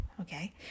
okay